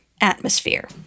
atmosphere